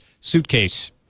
suitcase